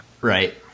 Right